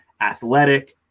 athletic